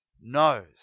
knows